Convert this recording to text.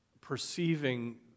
perceiving